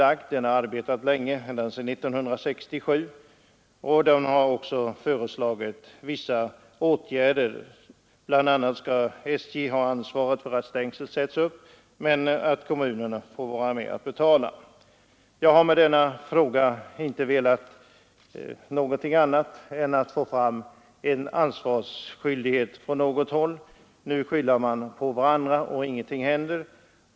Utredningen har arbetat länge, ända sedan 1967, och föreslår nu vissa åtgärder, Bl. a. skall SJ ha ansvaret för att stängsel sätts upp, men kommunerna skall vara med och betala en del av kostnaderna härför. Jag har med min fråga bara velat få fram ansvarsskyldigheten på något håll. Nu skyller man på varandra och ingenting händer.